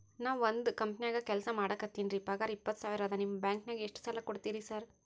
ನಾನ ಒಂದ್ ಕಂಪನ್ಯಾಗ ಕೆಲ್ಸ ಮಾಡಾಕತೇನಿರಿ ಪಗಾರ ಇಪ್ಪತ್ತ ಸಾವಿರ ಅದಾ ನಿಮ್ಮ ಬ್ಯಾಂಕಿನಾಗ ಎಷ್ಟ ಸಾಲ ಕೊಡ್ತೇರಿ ಸಾರ್?